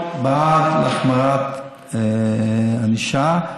בעיקרון בעד החמרת הענישה,